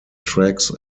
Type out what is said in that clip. tracks